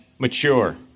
Mature